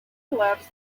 collapse